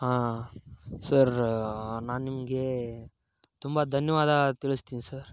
ಹಾಂ ಸರ್ ನಾನು ನಿಮಗೆ ತುಂಬ ಧನ್ಯವಾದ ತಿಳಿಸ್ತೀನಿ ಸರ್